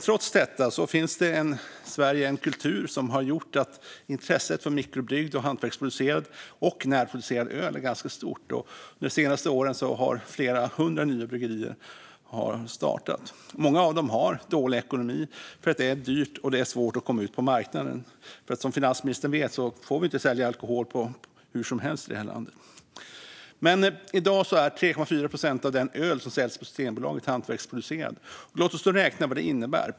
Trots detta finns det i Sverige en kultur som har gjort att intresset för mikrobryggd, hantverksproducerad och närproducerad öl är ganska stort. De senaste åren har flera hundra nya bryggerier startat. Många av dem har dålig ekonomi eftersom det är dyrt och svårt att komma ut på marknaden. Som finansministern vet får vi ju inte sälja alkohol hur som helst i det här landet. I dag är 3,4 procent av den öl som säljs på Systembolaget hantverksproducerad. Låt oss räkna på vad det innebär.